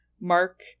Mark